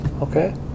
Okay